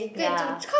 ya